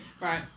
right